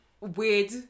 weird